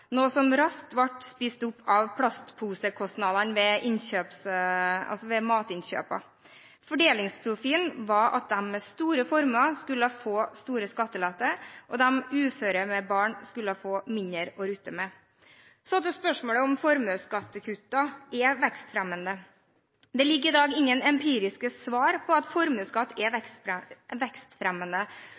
noe som raskt ble spist opp av plastposekostnadene ved matinnkjøpene. Fordelingsprofilen var at de med store formuer skulle få store skatteletter, og de uføre med barn skulle få mindre å rutte med. Så til spørsmålet om formuesskattekuttene er vekstfremmende. Det foreligger i dag ingen empiriske svar på at formuesskatt er vekstfremmende.